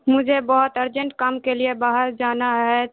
مجھے بہت ارجنٹ کام کے لیے باہر جانا ہے